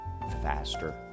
Faster